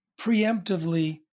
preemptively